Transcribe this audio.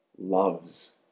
Loves